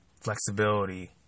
flexibility